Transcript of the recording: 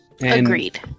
Agreed